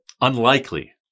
unlikely